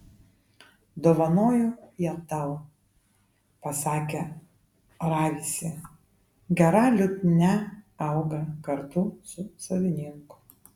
dovanoju ją tau pasakė ravisi gera liutnia auga kartu su savininku